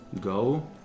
go